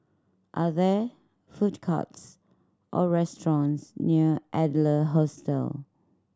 are there food courts or restaurants near Adler Hostel